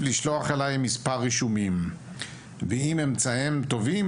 לשלוח אליי מספר רישומים ואם אמצאם טובים,